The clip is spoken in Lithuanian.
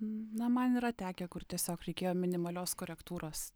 na man yra tekę kur tiesiog reikėjo minimalios korektūros